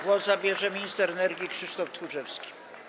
Głos zabierze minister energii Krzysztof Tchórzewski.